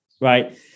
right